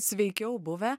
sveikiau buvę